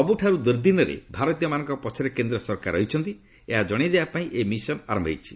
ସବୁଠାରୁ ଦୁର୍ଦ୍ଦନରେ ଭାରତୀୟମାନଙ୍କ ପଛରେ କେନ୍ଦ୍ର ସରକାର ରହିଛନ୍ତି ଏହା ଜଣାଇଦେବା ପାଇଁ ଏହି ମିଶନ ଆରମ୍ଭ ହୋଇଛି